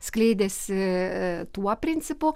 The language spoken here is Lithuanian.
skleidėsi tuo principu